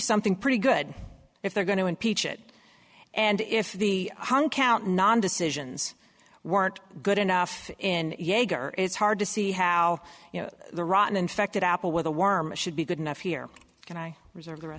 something pretty good if they're going to impeach it and if the hunk out non decisions weren't good enough in jaeger it's hard to see how you know the rotten infected apple with a worm should be good enough here and i reserve